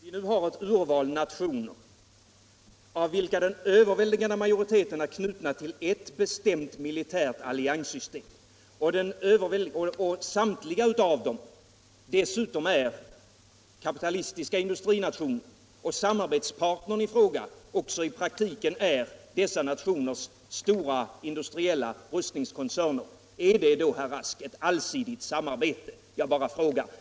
Herr talman! Om urvalet består av nationer av vilka den överväldigande majoriteten är knuten till ett bestämt militärt allianssystem och samtliga dessutom är kapitalistiska industrinationer och samarbetspartnern i fråga också i praktiken är dessa nationers stora industriella rustningskoncerner, är det då, herr Rask, ett allsidigt samarbete? Jag bara frågar.